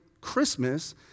Christmas